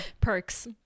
Perks